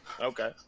Okay